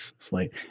slate